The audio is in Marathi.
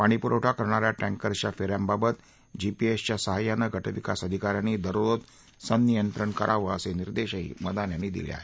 पाणीपुरवठा करणाऱ्या टँकर्सच्या फेऱ्यांबाबत जीपीएसच्या सहाय्यानं गटविकास अधिकाऱ्यांनी दररोज संनियंत्रण करावं असे निर्देश मदान यांनी दिले आहेत